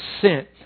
sent